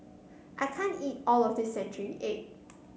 I can't eat all of this Century Egg